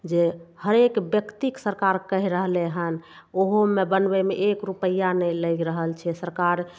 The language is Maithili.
जे हरेक व् क्तिके सरकार कहि रहलय हन ओहोमे बनबयमे एक रुपैआ नहि लागि रहल छै सरकार